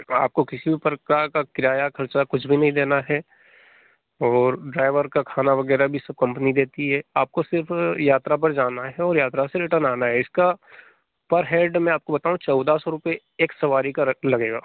आपको किसी भी प्रकार का किराया खर्चा कुछ भी नहीं देना है ओर ड्राइवर का खाना वगैरह भी सब कम्पनी देती है आपको सिर्फ यात्रा पर जाना है और यात्रा से रिटर्न आना है इसका पर हेड मैं आपको बताऊँ चौदह सौ रुपए एक सवारी का रक लगेगा